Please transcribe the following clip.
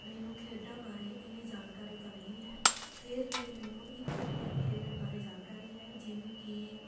ਮੈਨੂੰ ਖੇਡਾਂ ਬਾਰੇ ਇੰਨੀ ਜਾਣਕਾਰੀ ਤਾਂ ਨਹੀਂ ਹੈ ਫਿਰ ਵੀ ਮੈਨੂੰ ਇੱਕ ਅੱਧੀ ਖੇਡ ਬਾਰੇ ਜਾਣਕਾਰੀ ਹੈ ਜਿਵੇਂ ਕਿ